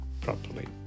properly